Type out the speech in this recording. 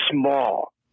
small